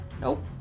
Nope